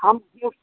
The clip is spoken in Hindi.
हम लोग